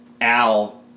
Al